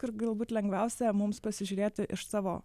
kur galbūt lengviausia mums pasižiūrėti iš savo